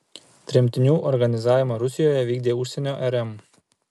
tremtinių organizavimą rusijoje vykdė užsienio rm